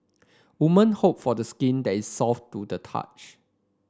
women hope for the skin that is soft to the touch